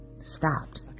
stopped